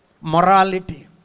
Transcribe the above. Morality